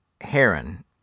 Heron